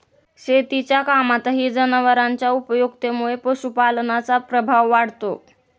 शेतीच्या कामातही जनावरांच्या उपयुक्ततेमुळे पशुपालनाचा प्रभाव वाढतो